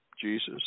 Jesus